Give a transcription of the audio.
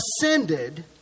ascended